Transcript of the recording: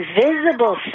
invisible